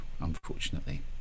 unfortunately